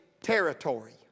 territory